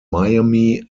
miami